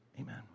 amen